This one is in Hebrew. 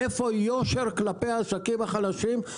איפה יושר כלפי העסקים החלשים?